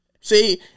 See